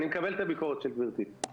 אני מקבל את הביקורת של גברתי.